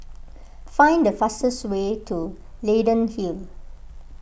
find the fastest way to Leyden Hill